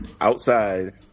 Outside